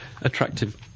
attractive